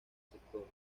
sectores